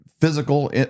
physical